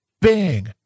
Bang